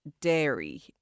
dairy